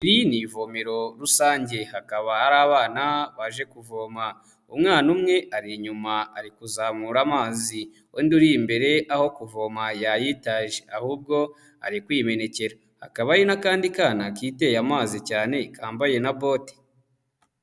lrivomero rusange hakaba hari abana baje kuvoma, umwana umwe ari inyuma ari kuzamura amazi, undi uri imbere aho kuvoma yayitaje ahubwo ari kwimenekera, akaba hari n'akandi kana kiteye amazi cyane kambaye na bote.